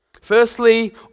Firstly